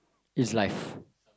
is live